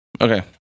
Okay